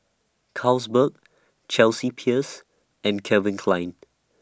Carlsberg Chelsea Peers and Calvin Klein